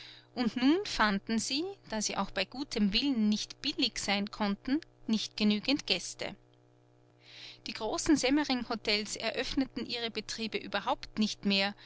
und nun fanden sie da sie auch bei gutem willen nicht billig sein konnten nicht genügend gäste die großen semmeringhotels eröffneten ihre betriebe überhaupt nicht mehr